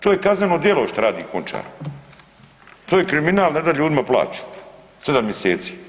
To je kazneno djelo šta radi Končar, to je kriminal ne da ljudima plaću 7 mjeseci.